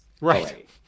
Right